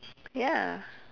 ya